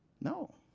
No